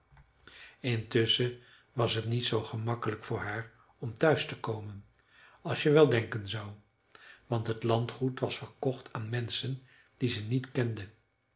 intusschen was het niet zoo gemakkelijk voor haar om thuis te komen als je wel denken zou want het landgoed was verkocht aan menschen die ze niet kende